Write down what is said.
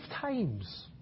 times